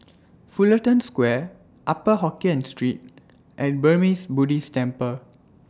Fullerton Square Upper Hokkien Street and Burmese Buddhist Temple